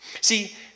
See